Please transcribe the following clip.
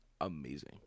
amazing